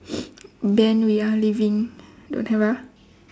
ben we are leaving don't have ah